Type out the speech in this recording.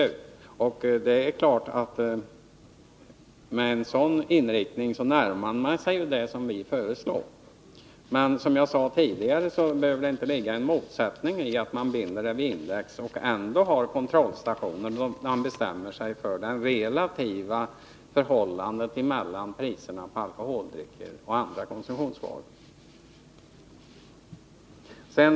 Med en sådan inriktning närmar man sig givetvis det som vi föreslår. Men som jag sade tidigare behöver det inte ligga någon motsättning i detta. Man kan ha indexbindning och ändå ha kontrollstationer, där man bestämmer sig för det relativa förhållandet mellan priserna på alkoholdrycker och på andra konsumtionsvaror.